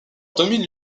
domine